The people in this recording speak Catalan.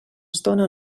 estona